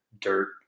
dirt